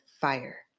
fire